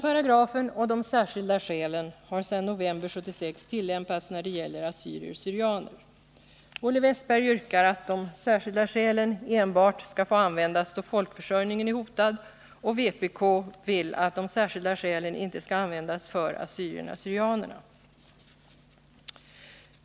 Bestämmelsen och de särskilda skälen har sedan november 1976 tillämpats när det gäller assyrier syrianerna.